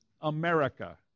America